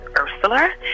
Ursula